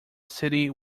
city